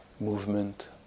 movement